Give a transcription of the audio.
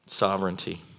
sovereignty